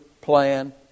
plan